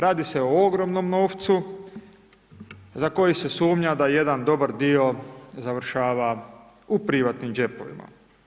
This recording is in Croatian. Radi se o ogromnom novcu za koji se sumnja da jedan dobar dio završava u privatnim džepovima.